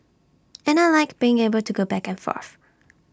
and I Like being able to go back and forth